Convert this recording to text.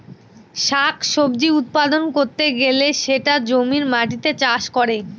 শাক সবজি উৎপাদন করতে গেলে সেটা জমির মাটিতে চাষ করে